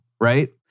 right